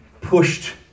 pushed